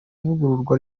ivugururwa